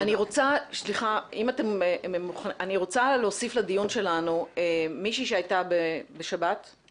אני רוצה להוסיף לדיון שלנו מישהי שהייתה בשבת,